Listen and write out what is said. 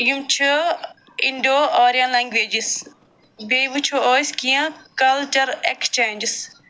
یِم چھِ Indo Aryan languages بیٚیہِ وٕچھو أسۍ کیٚنٛہہ کلچر اٮ۪کٕسچیٚنٛجٕس